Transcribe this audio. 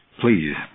please